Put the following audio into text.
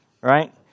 right